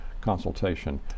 consultation